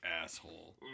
asshole